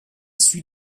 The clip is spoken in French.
suit